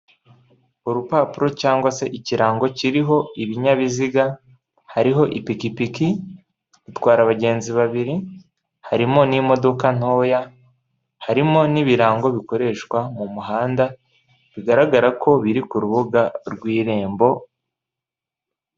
Urupapuro cyangwa se ikirango kiriho ibinyabiziga, hariho ipikipiki itwara abagenzi babiri, harimo n'imodoka ntoya, harimo n'ibirango bikoreshwa mu muhanda bigaragara ko biri ku rubuga rw'irembo,...